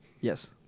Yes